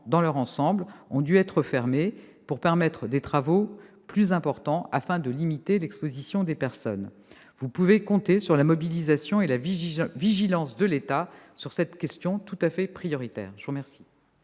dans son ensemble ont dû être fermés pour permettre des travaux plus importants afin de limiter l'exposition des personnes. Vous pouvez compter sur la mobilisation et la vigilance de l'État sur cette question tout à fait prioritaire. Je remercie